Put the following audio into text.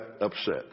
upset